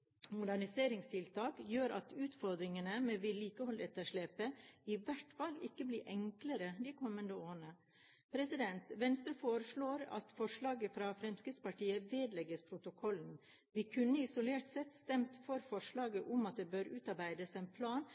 moderniseringstiltak gjør at utfordringene med vedlikeholdsetterslepet i hvert fall ikke blir enklere de kommende årene. Venstre foreslår at forslaget fra Fremskrittspartiet vedlegges protokollen. Vi kunne isolert sett stemt for forslaget om at det bør utarbeides en plan